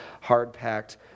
hard-packed